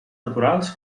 naturals